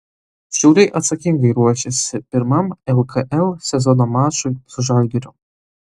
šiauliai atsakingai ruošiasi pirmam lkl sezono mačui su žalgiriu